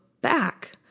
back